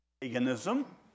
paganism